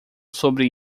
sobre